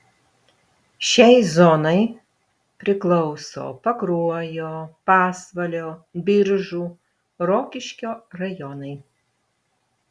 šiai zonai priklauso pakruojo pasvalio biržų rokiškio rajonai